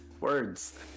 words